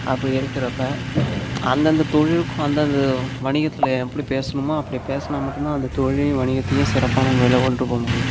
அப்படி இருக்கிறப்ப அந்தந்த தொழிலுக்கும் அந்தந்த வணிகத்தில் எப்படி பேசணுமோ அப்படி பேசினா மட்டும் தான் அந்த தொழிலையும் வணிகத்தையும் சிறப்பான முறையில் கொண்டுட்டு போகமுடியும்